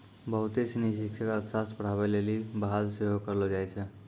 बहुते सिनी शिक्षक अर्थशास्त्र पढ़ाबै लेली बहाल सेहो करलो जाय छै